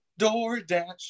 DoorDash